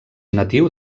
natiu